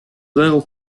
luego